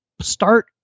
start